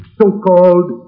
so-called